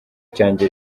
cyanjye